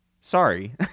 Sorry